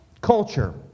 culture